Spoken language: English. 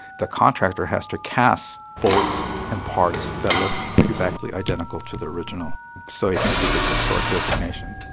the contractor has to cast bolts and parts that look exactly identical to the original so it can keep its historic designation